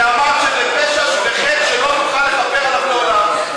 ואמרת שזה פשע וחטא שלא נוכל לכפר עליו לעולם,